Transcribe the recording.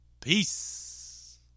Peace